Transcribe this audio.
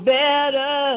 better